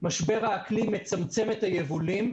משבר האקלים מצמצם את היבולים,